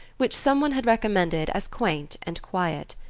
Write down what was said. which some one had recommended as quaint and quiet.